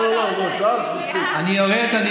לא, לא, לא, שאלת מספיק.